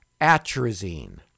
atrazine